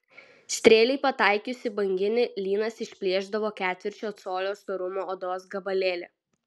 strėlei pataikius į banginį lynas išplėšdavo ketvirčio colio storumo odos gabalėlį